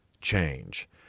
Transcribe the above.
change